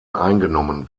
eingenommen